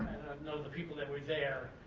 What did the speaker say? know the people that were there,